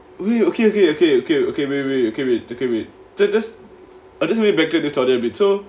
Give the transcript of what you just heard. wait okay okay okay okay wait wait wait okay wait okay wait just just I just a bit startled a bit so